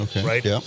right